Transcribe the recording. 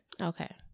okay